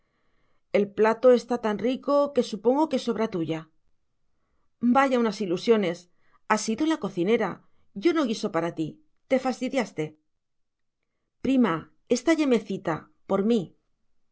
el plato está tan rico que supongo que es obra tuya vaya unas ilusiones ha sido la cocinera yo no guiso para ti te fastidiaste prima esta yemecita por mí